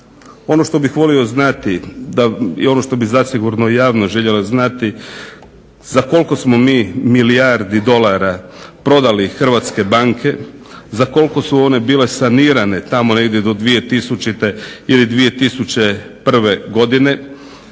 Ono što bih volio znati i ono što bih zasigurno javnost željela znati, za koliko smo mi milijardi dolara prodali hrvatske banke, za koliko su one bile sanirane tamo negdje do 2000. ili 2001. godine.